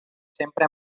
sempre